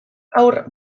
haur